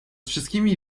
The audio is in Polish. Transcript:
wszystkimi